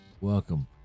Welcome